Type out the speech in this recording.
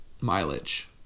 mileage